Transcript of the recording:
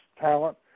talent